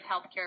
healthcare